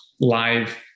live